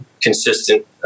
consistent